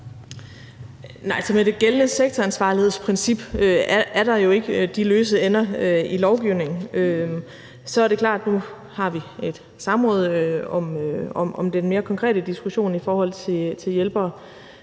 Nej, med det gældende sektoransvarlighedsprincip er der jo ikke løse ender i lovgivningen. Så er det klart, at nu har vi et samråd om den mere konkrete diskussion i forhold til hjælpere,